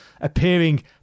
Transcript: appearing